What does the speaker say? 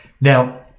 Now